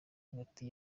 hagati